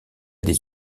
des